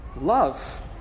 Love